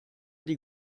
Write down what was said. die